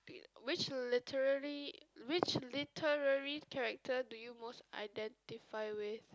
which literary which literary character do you most identify with